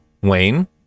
Wayne